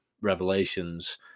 revelations